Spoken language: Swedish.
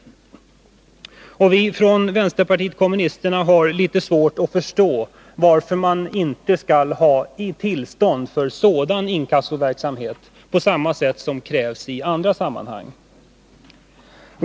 Vi från vänsterpartiet kommunisterna har litet svårt att förstå varför det inte skall vara tillstånd för sådan inkassoverksamhet på samma sätt som det krävs tillstånd i andra sammanhang.